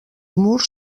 murs